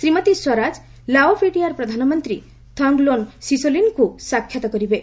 Shrimati Swaraj Lao PDR ପ୍ରଧାନମନ୍ତ୍ରୀ Thongloun ସିସୋଲିନ୍ଙ୍କୁ ସାକ୍ଷାତ୍ କରିବେ